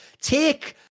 Take